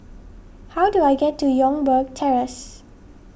how do I get to Youngberg Terrace